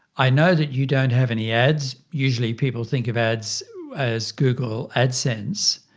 i know that you don't have any ads. usually people think of ads as google adsense.